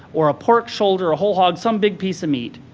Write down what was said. or a pork shoulder or whole hog, some big piece of meat,